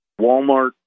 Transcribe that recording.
Walmart